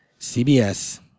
CBS